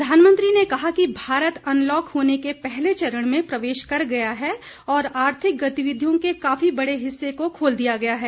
प्रधानमंत्री ने कहा कि भारत अनलॉक होने के पहले चरण में प्रवेश कर गया है और आर्थिक गतिविधियों के काफी बड़े हिस्से को खोल दिया गया है